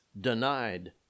denied